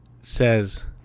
says